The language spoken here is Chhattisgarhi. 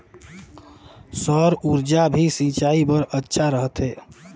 सौर ऊर्जा भी सिंचाई बर अच्छा रहथे?